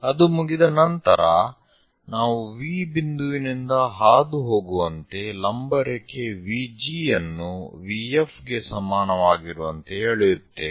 ಅದು ಮುಗಿದ ನಂತರ ನಾವು V ಬಿಂದುವಿನಿಂದ ಹಾದುಹೋಗುವಂತೆ ಲಂಬ ರೇಖೆ VG ಯನ್ನು VF ಗೆ ಸಮಾನವಾಗಿರುವಂತೆ ಎಳೆಯುತ್ತೇವೆ